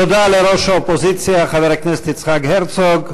תודה לראש האופוזיציה חבר הכנסת יצחק הרצוג.